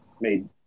Made